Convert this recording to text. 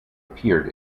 appeared